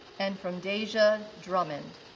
and from deja drummond